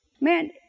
man